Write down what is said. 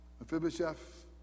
Mephibosheth